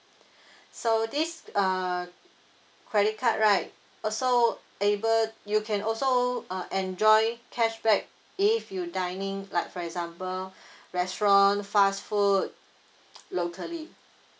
so these uh credit card right also able you can also uh enjoy cashback if you dining like for example restaurant fast food locally